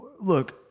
look